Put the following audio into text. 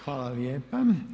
Hvala lijepa.